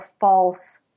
false